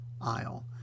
aisle